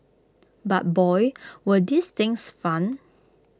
but boy were these things fun